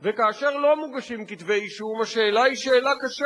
וכאשר לא מוגשים כתבי אישום, השאלה היא שאלה קשה,